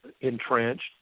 entrenched